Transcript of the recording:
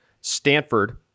Stanford